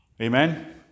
Amen